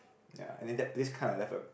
ya and then that place kinda left a